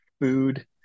food